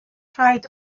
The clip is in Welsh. rhaid